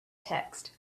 text